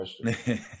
question